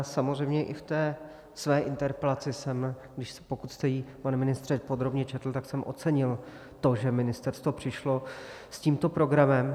Samozřejmě i ve své interpelaci, pokud jste ji, pane ministře, podrobně četl, jsem ocenil to, že ministerstvo přišlo s tímto programem.